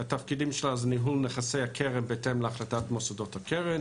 ניהול נכסי הקרן בהתאם להחלטת מוסדות הקרן,